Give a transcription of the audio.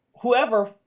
whoever